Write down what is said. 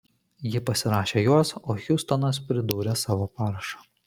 ji pasirašė juos o hjustonas pridūrė savo parašą